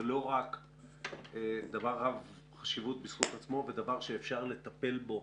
לא רק דבר רב חשיבות בזכות עצמו ודבר שאפשר לטפל בו